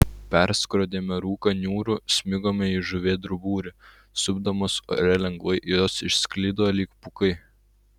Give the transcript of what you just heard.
perskrodėme rūką niūrų smigome į žuvėdrų būrį supdamos ore lengvai jos išsklido lyg pūkai